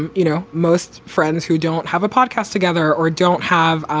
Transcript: and you know, most friends who don't have a podcast together or don't have,